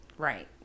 Right